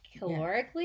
Calorically